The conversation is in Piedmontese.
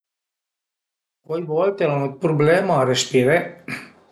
Cuai volte al an 'd prublema a respiré